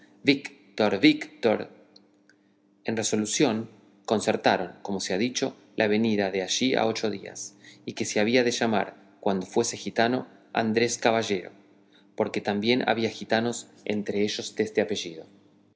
víctor víctor en resolución concertaron como se ha dicho la venida de allí a ocho días y que se había de llamar cuando fuese gitano andrés caballero porque también había gitanos entre ellos deste apellido